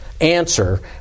answer